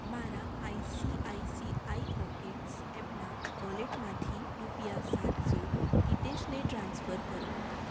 મારા I C I C I Pockets એપના વોલેટમાંથી રૂપિયા સાતસો હિતેશને ટ્રાન્સફર કરો